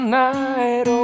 night